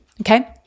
Okay